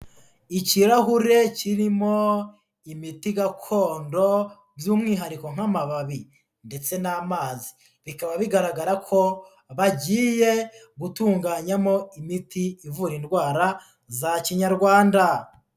Ikirahure kirimo imiti gakondo by'umwihariko nk'amababi ndetse n'amazi, bikaba bigaragara ko bagiye gutunganyamo imiti ivura indwara za Kinyarwanda.